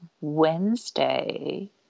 Wednesday